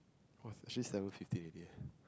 !wah! it's actually seven fifty already eh